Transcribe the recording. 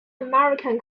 american